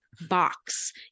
box